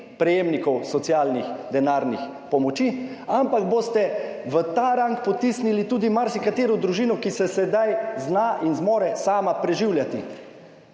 prejemnikov socialnih denarnih pomoči, ampak boste v ta rang potisnili tudi marsikatero družino, ki se sedaj zna in zmore sama preživljati!